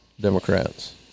Democrats